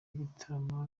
y’igitaramo